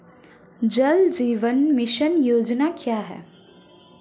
जल जीवन मिशन योजना क्या है?